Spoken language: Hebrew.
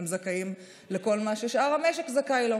הם זכאים לכל מה ששאר המשק זכאי לו,